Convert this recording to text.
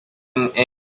angry